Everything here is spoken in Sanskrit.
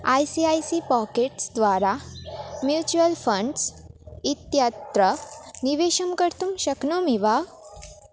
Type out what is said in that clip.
I C I C pockets द्वारा म्यूचुवल् फ़ण्ड्स् इत्यत्र निवेशं कर्तुं शक्नोमि वा